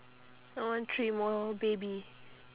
I want three more baby